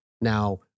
Now